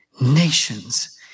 nations